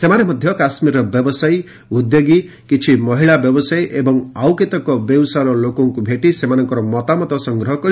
ସେମାନେ ମଧ୍ୟ କାଶ୍ମୀରର ବ୍ୟବସାୟୀ ଉଦ୍ୟୋଗୀ କିଛି ମହିଳା ବ୍ୟବସାୟୀ ଏବଂ ଆଉ କେତେକ ବେଉସାର ଲୋକଙ୍କୁ ଭେଟି ସେମାନଙ୍କର ମତାମତ ସଂଗ୍ରହ କରିଥିଲେ